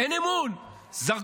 אין אמון.